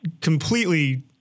completely